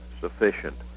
sufficient